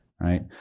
right